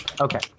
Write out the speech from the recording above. Okay